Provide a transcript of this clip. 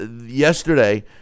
yesterday